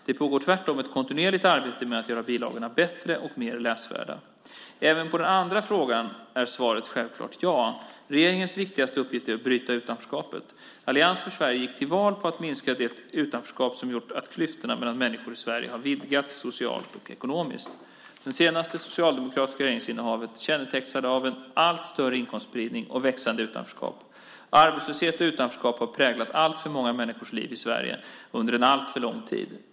Det pågår tvärtom ett kontinuerligt arbete med att göra bilagorna bättre och mer läsvärda. Även på den andra frågan är svaret självklart ja. Regeringens viktigaste uppgift är att bryta utanförskapet. Allians för Sverige gick till val på att minska det utanförskap som gjort att klyftorna mellan människor i Sverige har vidgats socialt och ekonomiskt. Det senaste socialdemokratiska regeringsinnehavet kännetecknades av en allt större inkomstspridning och växande utanförskap. Arbetslöshet och utanförskap har präglat alltför många människors liv i Sverige under alltför lång tid.